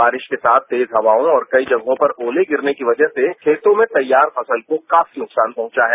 बारिश के साथ तेज हवाओं और कई जगहों पर ओते गिरने की वजह से खेतों में तैयार फसल को काफी नुकसान पहंचा है